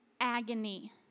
agony